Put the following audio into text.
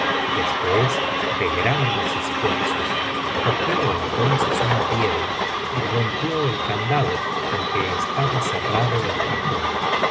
después de grandes esfuerzos cogió entonces una piedra y rompió el candado con que estaba cerrado el cajón